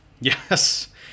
yes